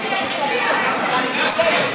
ישיב להצעה שר העבודה,